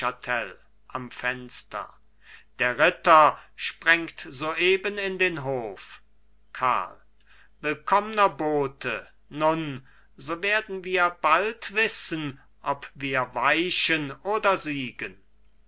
am fenster der ritter sprengt soeben in den hof karl willkommner bote nun so werden wir bald wissen ob wir weichen oder siegen